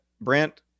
Brent